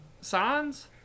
signs